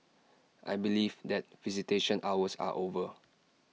I believe that visitation hours are over